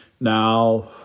Now